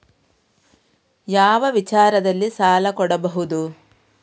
ಯಾವ ವಿಚಾರದಲ್ಲಿ ಸಾಲ ಕೊಡಬಹುದು?